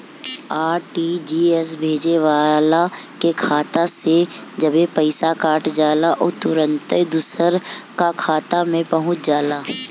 RTGS भेजे वाला के खाता से जबे पईसा कट जाला उ तुरंते दुसरा का खाता में पहुंच जाला